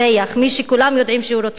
מי שכולם יודעים שהוא רוצח,